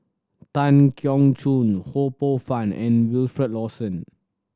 Tan Keong Choon Ho Poh Fun and Wilfed Lawson